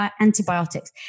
antibiotics